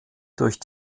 durch